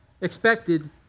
expected